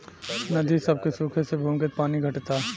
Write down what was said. नदी सभ के सुखे से भूमिगत पानी घटता